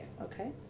Okay